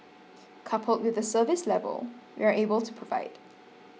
coupled with the service level we are able to provide